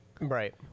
right